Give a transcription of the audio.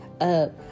up